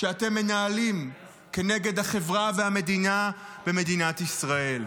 שאתם מנהלים כנגד החברה והמדינה במדינת ישראל?